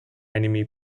enemy